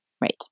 Right